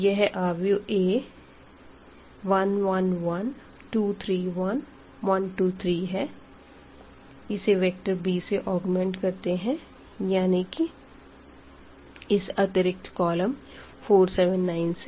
यह matrix A 1 1 1 2 3 1 1 2 3 है इसे वेक्टर b से ऑग्मेंट करते है यानी की इस अतिरिक्त कॉलम 4 7 9 से